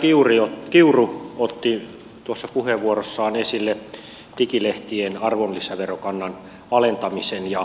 edustaja kiuru otti puheenvuorossaan esille digilehtien arvonlisäverokannan alentamisen